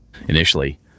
initially